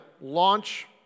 launch